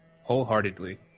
Wholeheartedly